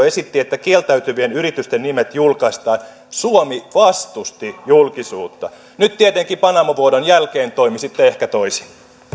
esitti että kieltäytyvien yritysten nimet julkaistaan suomi vastusti julkisuutta nyt tietenkin panama vuodon jälkeen toimisitte ehkä toisin